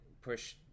push